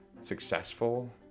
successful